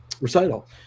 recital